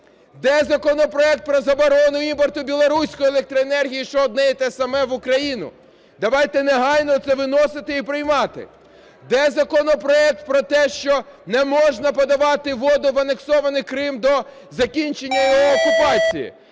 Де законопроект про заборону імпорту білоруської електроенергії, що одне й те ж саме, в Україну? Давайте негайно це виносити і приймати. Де законопроект про те, що не можна подавати воду в анексований Крим до закінчення його окупації?